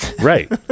right